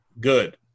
good